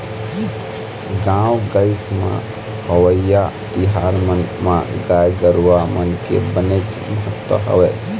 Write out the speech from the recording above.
गाँव गंवई म होवइया तिहार मन म गाय गरुवा मन के बनेच महत्ता हवय